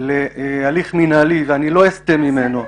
להליך מינהלי שלא אסטה ממנו.